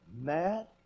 Mad